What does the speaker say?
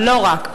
אבל לא רק,